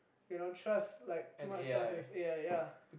you know trust like too much stuff with A_I ya